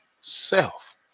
Self